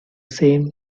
same